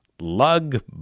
lug